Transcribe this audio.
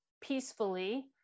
peacefully